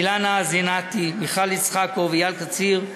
אילנה זינתי, מיכל יצחקוב, אייל קציר,